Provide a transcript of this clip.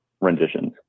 renditions